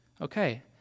Okay